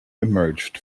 emerged